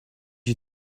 you